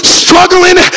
struggling